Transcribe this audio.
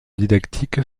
didactique